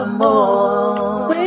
more